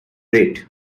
date